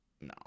No